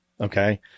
Okay